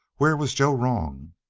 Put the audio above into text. where was joe wrong?